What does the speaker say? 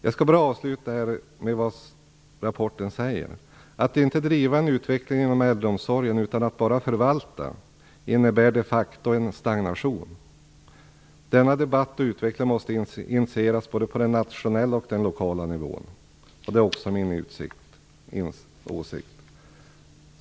Jag skall avsluta med att läsa upp vad rapporten säger: Att inte driva en utveckling inom äldreomsorgen, utan att bara förvalta innebär de facto en stagnation. Denna debatt och utveckling måste initieras både på den nationella och på den lokala nivån. Det är också min åsikt.